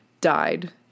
died